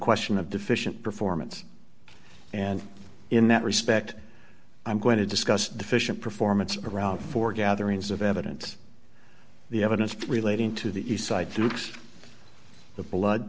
question of deficient performance and in that respect i'm going to discuss deficient performance around four gatherings of evidence the evidence relating to the side thinks the blood